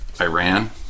Iran